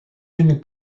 une